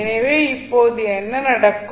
எனவே இப்போது என்ன நடக்கும்